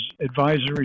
advisory